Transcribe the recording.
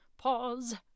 pause